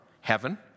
Heaven